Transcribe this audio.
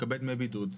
לקבל דמי בידוד,